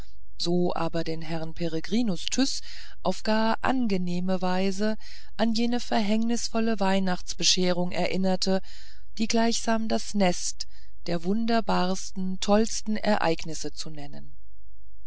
so aber den herrn peregrinus tyß auf gar angenehme weise an jene verhängnisvolle weihnachtsbescherung erinnerte die gleichsam das nest der wunderbarsten tollsten ereignisse zu nennen